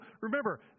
remember